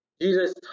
Jesus